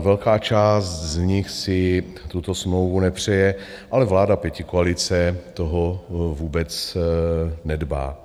Velká část z nich si tuto smlouvu nepřeje, ale vláda pětikoalice toho vůbec nedbá.